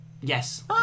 Yes